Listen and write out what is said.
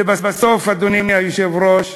לבסוף, אדוני היושב-ראש,